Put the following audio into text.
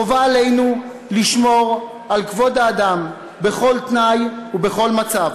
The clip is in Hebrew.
חובה עלינו לשמור על כבוד האדם בכל תנאי ובכל מצב.